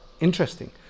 interesting